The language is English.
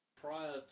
prior